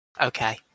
Okay